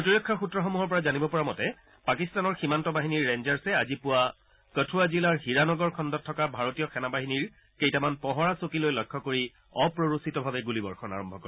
প্ৰতিৰক্ষা সূত্ৰসমূহৰ পৰা জানিব পৰা মতে পাকিস্তানৰ সীমান্ত বাহিনীৰ ৰেঞ্জাৰ্ছে আজি পুৱা কঠূৱা জিলাৰ হিৰানগৰ খণ্ডত থকা ভাৰতীয় সেনা বাহিনীৰ কেইটামান পহৰা চকীক লক্ষ্য কৰি অপ্ৰৰোচিতভাবে গুলিবৰ্ষণ আৰম্ভ কৰে